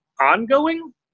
ongoing